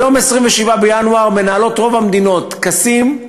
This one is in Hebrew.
ביום 27 בינואר מנהלות רוב המדינות טקסים,